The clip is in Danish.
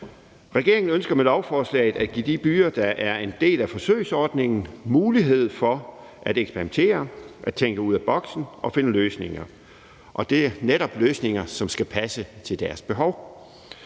Regeringen ønsker med lovforslaget at give de byer, der er en del af forsøgsordningen, mulighed for at eksperimentere, tænke ud af boksen og finde løsninger. Det er netop løsninger, som skal passe til deres behov.